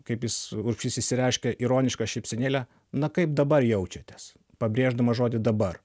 kaip jis urbšys išsireiškia ironiška šypsenėle na kaip dabar jaučiatės pabrėždamas žodį dabar